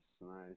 nice